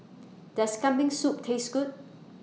Does Kambing Soup Taste Good